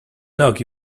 knock